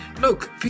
look